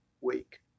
week